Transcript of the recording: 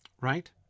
right